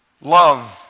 love